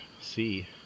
see